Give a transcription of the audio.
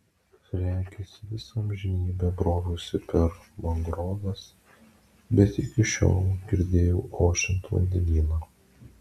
regis visą amžinybę broviausi per mangroves bet iki šiol girdėjau ošiant vandenyną